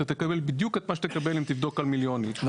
אתה תקבל בדיוק את מה שתקבל אם תבדוק על מיליונים,